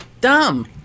Dumb